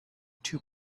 too